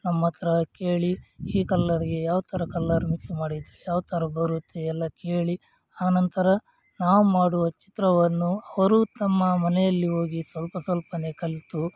ನಮ್ಮತ್ತಿರ ಕೇಳಿ ಈ ಕಲ್ಲರಿಗೆ ಯಾವ ಥರ ಕಲ್ಲರ್ ಮಿಕ್ಸ್ ಮಾಡಿದರೆ ಯಾವ ಥರ ಬರುತ್ತೆ ಎಲ್ಲ ಕೇಳಿ ಅನಂತರ ನಾವು ಮಾಡುವ ಚಿತ್ರವನ್ನು ಅವರು ತಮ್ಮ ಮನೆಯಲ್ಲಿ ಹೋಗಿ ಸ್ವಲ್ಪ ಸ್ವಲ್ಪನೇ ಕಲಿತು